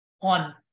on